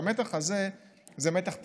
והמתח הזה זה מתח טבעי,